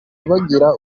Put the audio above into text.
bagira